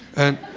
and,